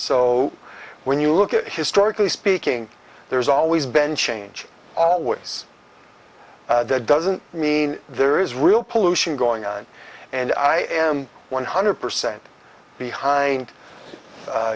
so when you look at historically speaking there's always been change always that doesn't mean there is real pollution going on and i am one hundred percent behind